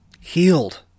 Healed